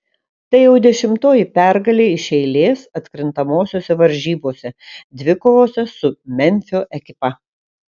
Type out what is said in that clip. tai jau dešimtoji pergalė iš eilės atkrintamosiose varžybose dvikovose su memfio ekipa